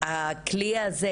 שהכלי הזה,